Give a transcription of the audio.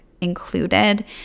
included